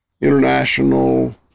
international